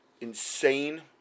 insane